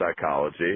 psychology